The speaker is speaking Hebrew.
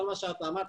כמובן נשמע מהנציגים,